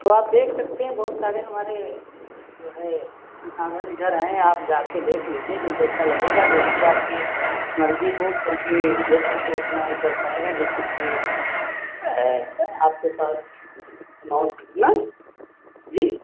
तो आप देख सकते हैं बहुत सारे हमारे जो है संसाधन इधर हैं आप जा कर देख लीजिए जो जैसा लगेगा जैसी आपकी मर्जी हो क्योंकि व्यक्ति तो उतना ही कर पाएगा जितना कि आपके पास एमाउन्ट कितना जी